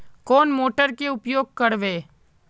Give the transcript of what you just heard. कौन मोटर के उपयोग करवे?